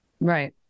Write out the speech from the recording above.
Right